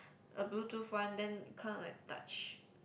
a bluetooth one then kind of like touch